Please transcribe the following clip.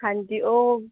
ਹਾਂਜੀ ਉਹ